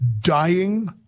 dying